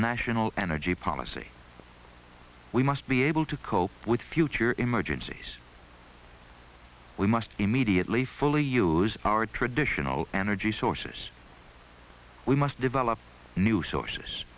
national energy policy we must be able to cope with future emergencies we must immediately fully use our traditional energy sources we must develop new sources